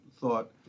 thought